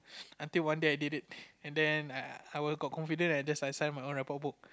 until one day I did it and then I were got confident I just signed my own report book